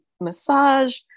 massage